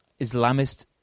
Islamist